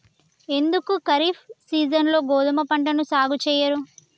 ఎందుకు ఖరీఫ్ సీజన్లో గోధుమ పంటను సాగు చెయ్యరు?